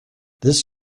this